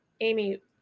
amy